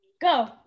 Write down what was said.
Go